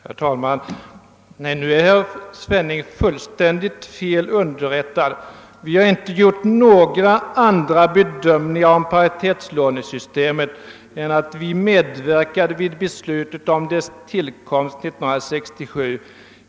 Herr talman! Nej, herr Svenning är fullständigt fel underrättad. Vi har inte gjort några andra bedömningar om paritetslånesystemet än så till vida att vi medverkade vid beslutet om dess tillkomst 1967.